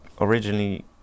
originally